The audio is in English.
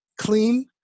clean